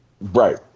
Right